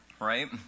right